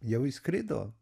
jau išskrido